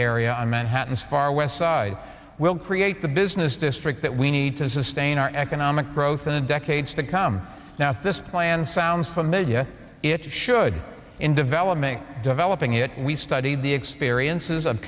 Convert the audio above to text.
area on manhattan's far west side will create the business district that we need to sustain our economic growth in the decades to come now if this plan sounds familiar it should in development developing it we studied the experiences